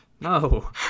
no